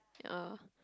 yeah